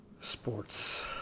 sports